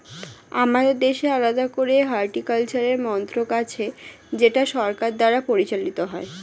আমাদের দেশে আলাদা করে হর্টিকালচারের মন্ত্রক আছে যেটা সরকার দ্বারা পরিচালিত হয়